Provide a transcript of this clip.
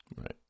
right